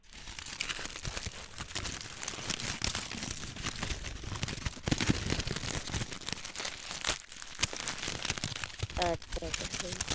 ᱟᱪᱪᱷᱟ ᱟᱪᱪᱷᱟ ᱦᱮᱸ